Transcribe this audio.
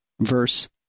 verse